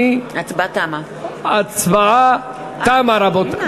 ההצבעה תמה, רבותי.